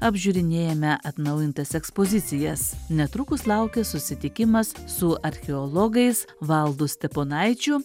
apžiūrinėjame atnaujintas ekspozicijas netrukus laukia susitikimas su archeologais valdu steponaičiu